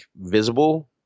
visible